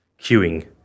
queuing